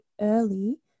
early